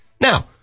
Now